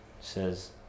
says